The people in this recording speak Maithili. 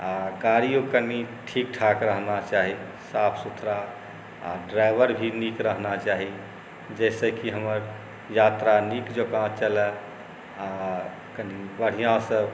आओर गाड़िओ कनि ठीक ठाक रहना चाही साफ सुथरा आओर ड्राइवर भी नीक रहना चाही जाहिसँ कि हमर यात्रा नीक जकाँ चलै आओर कनि बढ़िआँसँ